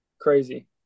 Crazy